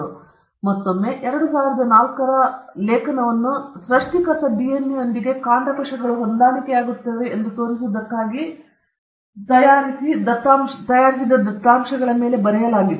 ನಂತರ ಮತ್ತೊಮ್ಮೆ 2004 ರ ಕಾಗದವನ್ನು ಸೃಷ್ಟಿಕರ್ತ ಡಿಎನ್ಎಯೊಂದಿಗೆ ಕಾಂಡಕೋಶಗಳು ಹೊಂದಾಣಿಕೆಯಾಗುತ್ತಿವೆ ಎಂದು ತೋರಿಸುವುದಕ್ಕಾಗಿ ತಯಾರಿಸಿದ ದತ್ತಾಂಶಗಳ ಮೇಲೆ ಬರೆಯಲಾಗಿದೆ